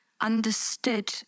understood